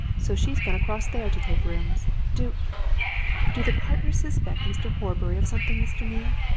so she's gone across there to take rooms. do do the partners suspect mr. horbury of something, mr. neale?